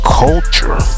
culture